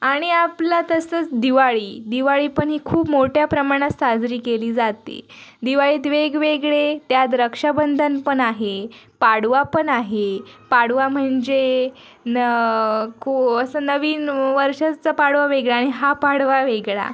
आणि आपला तसंच दिवाळी दिवाळी पण ही खूप मोठ्या प्रमाणात साजरी केली जाते दिवाळीत वेगवेगळे त्यात रक्षाबंधन पण आहे पाडवा पण आहे पाडवा म्हणजे न को असं नवीन वर्षाचा पाडवा वेगळा आणि हा पाडवा वेगळा